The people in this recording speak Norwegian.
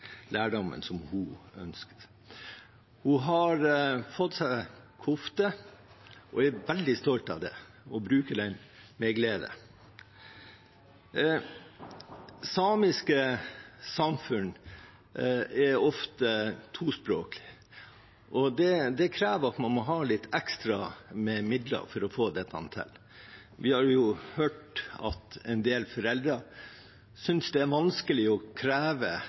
lærdommen som hun ønsker. Hun har fått seg kofte og er veldig stolt av det og bruker den med glede. Samiske samfunn er ofte tospråklige, og det krever at man må ha litt ekstra midler for å få dette til. Vi har jo hørt at en del foreldre synes det er vanskelig å kreve